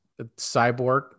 cyborg